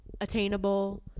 attainable